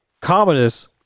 Commodus